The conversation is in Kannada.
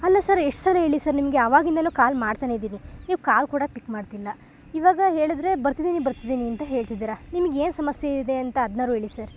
ಅಲ್ಲ ಸರ್ ಎಷ್ಟು ಸಲ ಹೇಳ್ಲಿ ಸರ್ ನಿಮಗೆ ಅವಾಗಿಂದನೂ ಕಾಲ್ ಮಾಡ್ತಾನೇ ಇದ್ದೀನಿ ನೀವ್ ಕಾಲ್ ಕೂಡ ಪಿಕ್ ಮಾಡ್ತಿಲ್ಲ ಇವಾಗ ಹೇಳಿದ್ರೆ ಬರ್ತಿದ್ದೀನಿ ಬರ್ತಿದ್ದೀನಿ ಅಂತ ಹೇಳ್ತಿದ್ದೀರ ನಿಮ್ಗೆ ಏನು ಸಮಸ್ಯೆ ಇದೆ ಅಂತ ಅದ್ನಾದ್ರು ಹೇಳಿ ಸರ್